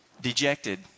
dejected